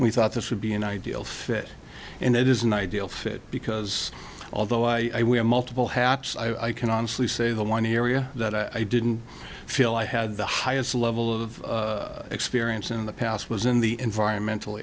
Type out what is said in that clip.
we thought this would be an ideal fit and it is an ideal fit because although i have multiple hats i can honestly say the one area that i didn't feel i had the highest level of experience in the past was in the environmental